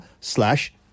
slash